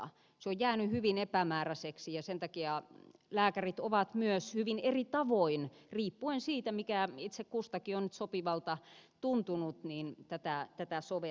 se on jäänyt hyvin epämääräiseksi ja sen takia lääkärit ovat myös hyvin eri tavoin riippuen siitä mikä itse kustakin on nyt sopivalta tuntunut tätä soveltaneet